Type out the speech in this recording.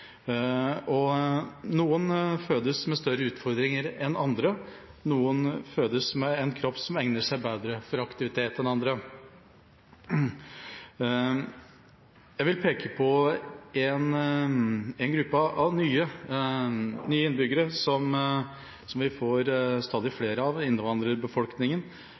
Noen fødes med større utfordringer enn andre, og noen fødes med en kropp som egner seg bedre for aktivitet enn andre. Jeg vil peke på en gruppe nye innbyggere som vi får stadig flere av